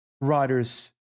riders